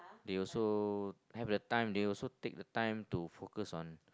they also have the time they also take the time to focus on